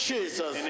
Jesus